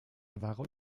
wahrer